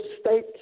state